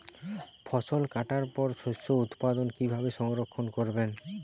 ফসল কাটার পর শস্য উৎপাদন কিভাবে সংরক্ষণ করবেন?